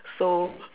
so